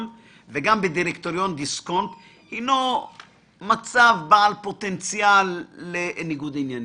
וגם בדירקטוריון דיסקונט הינו מצב בעל "פוטנציאל לניגוד עניינים"?